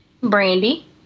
Brandy